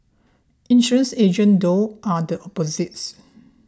insurance agents though are the opposite